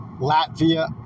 Latvia